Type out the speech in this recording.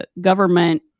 government